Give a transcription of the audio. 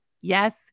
yes